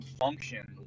function